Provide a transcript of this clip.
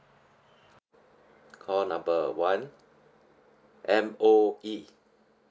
call number one M_O_E